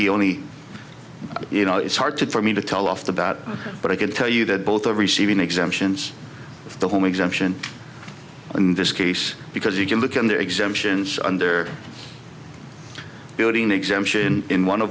be only you know it's hard to for me to tell off the bat but i can tell you that both are receiving exemptions for the home exemption in this case because you can look in their exemptions under building an exemption in one of